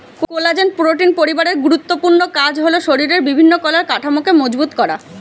collagen protein পরিবারের গুরুত্বপূর্ণ কাজ হল শরিরের বিভিন্ন কলার কাঠামোকে মজবুত করা